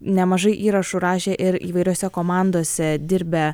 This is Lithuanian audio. nemažai įrašų rašė ir įvairiose komandose dirbę